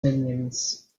minions